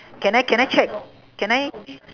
can I can I check can I